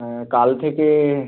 হ্যাঁ কাল থেকে